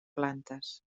plantes